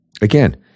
again